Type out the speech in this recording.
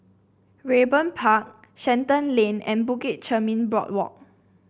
Raeburn Park Shenton Lane and Bukit Chermin Boardwalk